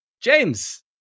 James